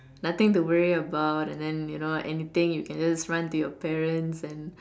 nothing to worry about and then you know anything you can just run to your parents and